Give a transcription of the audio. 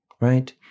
Right